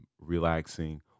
relaxing